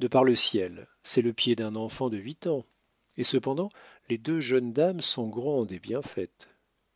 de par le ciel c'est le pied d'un enfant de huit ans et cependant les deux jeunes dames sont grandes et bien faites